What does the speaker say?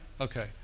Okay